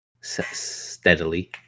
steadily